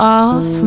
off